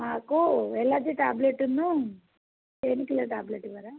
మాకు allergy tablet painkiller tablet ఇవ్వరాా